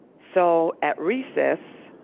so at recess